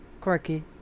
quirky